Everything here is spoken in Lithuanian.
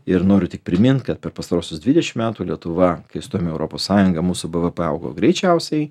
ir noriu tik primint kad per pastaruosius dvidešim metų lietuva kai įstojom į europos sąjungą mūsų bvp augo greičiausiai